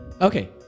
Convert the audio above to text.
Okay